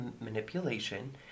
manipulation